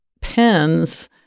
pens